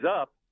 up